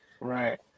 Right